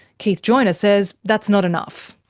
keith joiner says that's not enough.